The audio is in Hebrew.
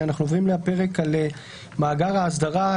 אנחנו עוברים לפרק על מאגר האסדרה,